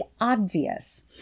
obvious